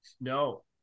No